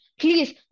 Please